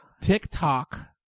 TikTok